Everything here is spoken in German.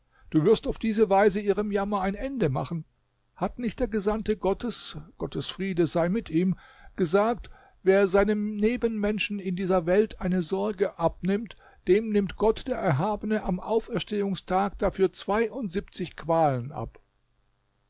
du wirst auf diese weise ihrem jammer ein ende machen hat nicht der gesandte gottes gottes friede sei mit ihm gesagt wer seinem nebenmenschen in dieser welt eine sorge abnimmt dem nimmt gott der erhabene am auferstehungstag dafür zweiundsiebenzig qualen ab